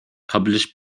published